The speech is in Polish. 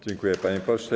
Dziękuję, panie pośle.